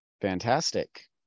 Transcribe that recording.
Fantastic